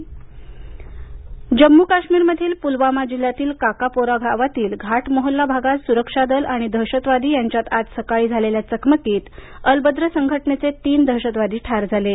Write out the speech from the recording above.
जम्म कशमीर जम्मू काश्मीरमधील पुलवामा जिल्ह्यातील काकापोरा गावातील घाट मोहल्ला भागातसुरक्षा दल आणि दहशतवादी यांच्यात आज सकाळी झालेल्या चकमकीत अल बद्र संघटनेचे तीन दहशतवादी ठार झाले आहेत